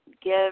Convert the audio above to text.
give